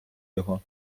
його